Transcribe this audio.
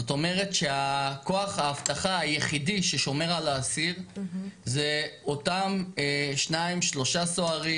זאת אומרת שכוח האבטחה היחיד ששומר על האסיר זה אותם שנים-שלושה סוהרים